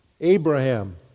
Abraham